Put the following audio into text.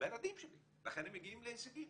לילדים שלי, לכן הם מגיעים להישגים.